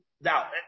Now